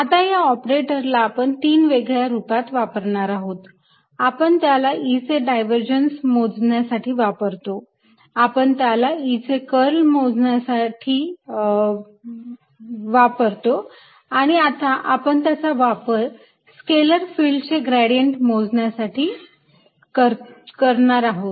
आता या ऑपरेटरला आपण 3 वेगळ्या रूपात वापरणार आहोत आपण त्याला E चे डायव्हरजन्स मोजण्यासाठी वापरतो आपण त्याला E चे कर्ल मोजण्यासाठी वापरतो आणि आता आपण त्याचा वापर स्केलर फिल्ड चे ग्रेडियंट मोजण्यासाठी करतो